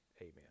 Amen